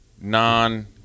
non